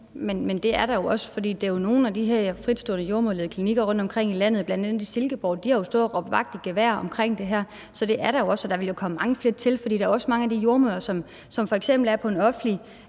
Men det er der jo også, for nogle af de her fritstående jordemoderledede klinikker rundtomkring i landet, bl.a. i Silkeborg, har stået og råbt vagt i gevær omkring det her. Så det er der jo også, og der vil komme mange flere til, for der er også mange af de jordemødre, som f.eks. er på en offentlig